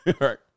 right